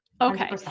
Okay